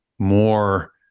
more